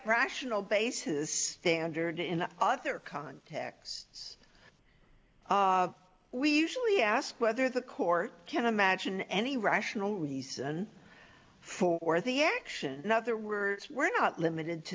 rational basis fandor and in other contexts we usually ask whether the court can imagine any rational reason for the action other words were not limited to